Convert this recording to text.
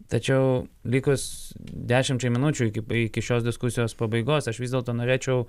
tačiau likus dešimčiai minučių iki iki šios diskusijos pabaigos aš vis dėlto norėčiau